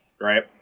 Right